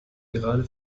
gerade